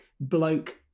bloke